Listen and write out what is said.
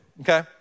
okay